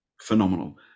phenomenal